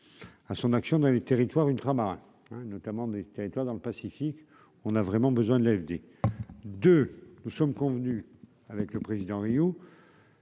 à son action dans les territoires ultramarins notamment des territoires dans le Pacifique, on a vraiment besoin de l'AFD de nous sommes convenus avec le président Rio.